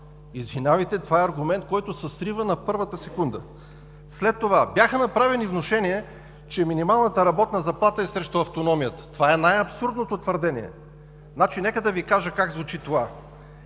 Извинявайте, това е аргумент, който се срива на първата секунда. Бяха направени внушения, че минималната работна заплата е срещу автономията. Това е най-абсурдното твърдение. Нека да Ви кажа как звучи това.